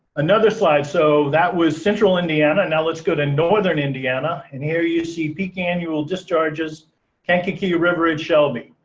another slide. so that was central indiana, and now let's go to northern indiana, and here you see peak annual discharges kankakee river at shelby.